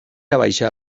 abaixar